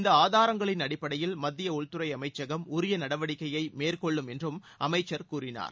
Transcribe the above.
இந்த ஆதாரங்களின் அடிப்படையில் மத்திய உள்துறை அமைச்சகம் உரிய நடவடிக்கையை மேற்கொள்ளும் என்றும் அமைச்சர் கூறினார்